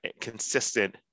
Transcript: consistent